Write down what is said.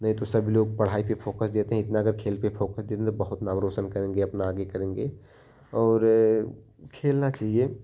नहीं तो सब लोग पढ़ाई पर फोकस देते हैं इतना अगर खेल पर फोकस दें तो बहुत नाम अपना रोशन करेंगे अपना आगे करेंगे और खेलना चाहिए